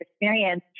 experience